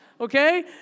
okay